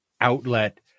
outlet